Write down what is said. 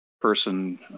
person